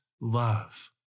love